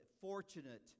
fortunate